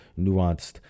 nuanced